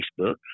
Facebook